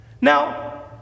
Now